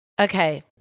Okay